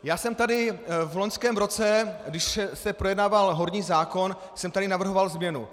Já jsem tady v loňském roce, když se projednával horní zákon, navrhoval změnu.